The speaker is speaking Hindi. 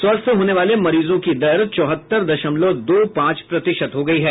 स्वस्थ्य होने वाले मरीजों की दर चौहत्तर दशमलव दो पांच प्रतिशत हो गयी है